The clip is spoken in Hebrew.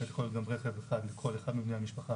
יכול להיות גם רכב אחד לכל אחד מבני המשפחה